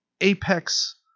apex